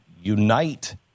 unite